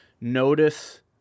notice